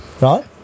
right